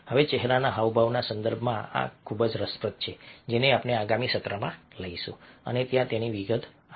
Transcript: હવે ચહેરાના હાવભાવના સંદર્ભમાં આ ખૂબ જ રસપ્રદ છે જેને આપણે આગામી સત્રમાં લઈશું અને ત્યાં તેની વિગત આપીશું